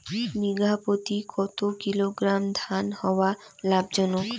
বিঘা প্রতি কতো কিলোগ্রাম ধান হওয়া লাভজনক?